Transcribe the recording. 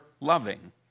loving